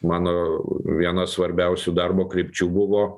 mano viena svarbiausių darbo krypčių buvo